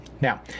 Now